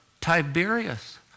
Tiberius